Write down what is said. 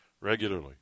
regularly